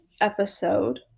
episode